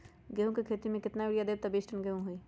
गेंहू क खेती म केतना यूरिया देब त बिस टन गेहूं होई?